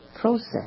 process